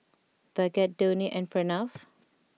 Bhagat Dhoni and Pranav